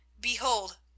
Behold